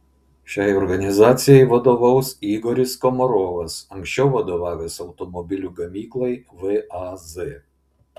šiai organizacijai vadovaus igoris komarovas anksčiau vadovavęs automobilių gamyklai vaz